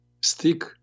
stick